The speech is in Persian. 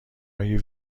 های